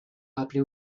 rappeler